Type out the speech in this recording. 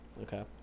Okay